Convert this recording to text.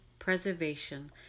preservation